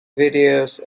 videos